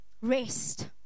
Rest